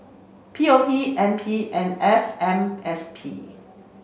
P O P N P and F M S P